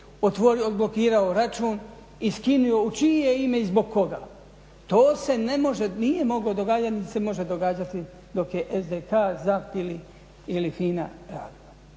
sekundi odblokirao račun i skinuo u čije ime i zbog koga? To se nije moglo događati niti se može događati dok je SDK, ZAP ili FINA radila.